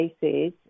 cases